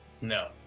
No